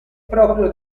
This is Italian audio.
proprio